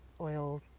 oil